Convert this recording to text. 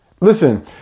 Listen